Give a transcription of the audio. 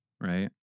right